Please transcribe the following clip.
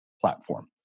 platform